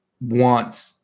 want